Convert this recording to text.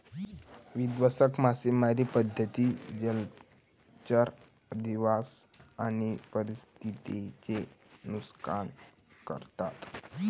विध्वंसक मासेमारी पद्धती जलचर अधिवास आणि परिसंस्थेचे नुकसान करतात